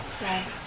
right